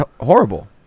horrible